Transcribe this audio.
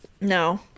no